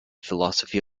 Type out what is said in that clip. philosophy